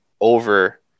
over